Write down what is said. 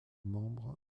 membres